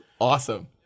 awesome